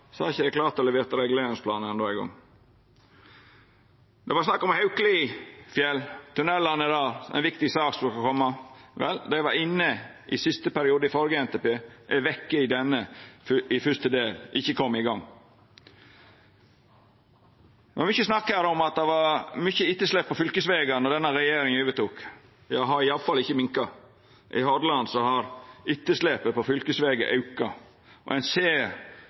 å levera reguleringsplanar enno. Det var snakk om Haukelifjell og tunnelane der – ei viktig sak som skulle koma. Det var inne i siste periode i førre NTP, er vekke i fyrste del i denne – har ikkje kome i gang. Det har vore mykje snakk her om at det var mykje etterslep på fylkesvegane då denne regjeringa overtok. Det har i alle fall ikkje minka. I Hordaland har etterslepet på fylkesvegar auka, og ein ser